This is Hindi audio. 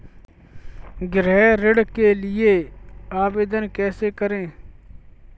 गृह ऋण के लिए आवेदन कैसे करें?